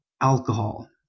alcohol